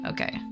Okay